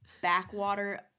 backwater